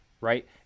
right